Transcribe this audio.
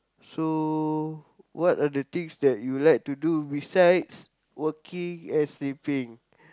so what are the things that you like to do besides working and sleeping